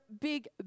big